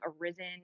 arisen